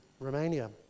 Romania